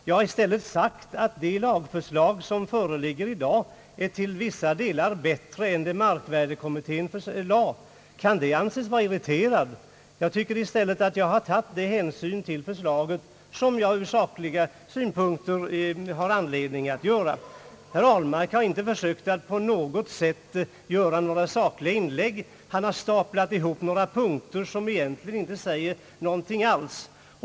Jag har i stället sagt att :det: lagförslag som föreligger i dag till: vissa :delar-är bättre än det markvärdekomimittén lade fram. Kan det anses vara att vara irriterad? Jag tycker i'stället att jag tagit de hänsyn till förslaget :somjag ur sakliga synpunkter har anledning att göra. Herr Ahlmark har inte försökt att på något :sätt' göra några sakliga inlägg. Han här staplat ihop några punkter, som egentligen inte säger något alls.